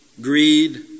greed